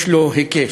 יש לו היקש.